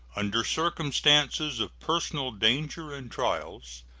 under circumstances of personal danger and trials,